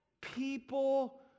people